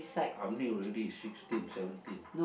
how many already sixteen seventeen